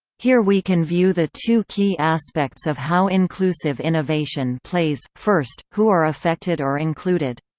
here we can view the two key aspects of how inclusive innovation plays first, who are affected or included?